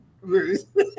Ruth